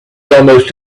almost